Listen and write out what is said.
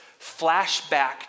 flashback